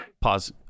pause